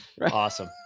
awesome